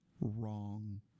wrong